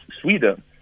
Sweden